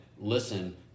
listen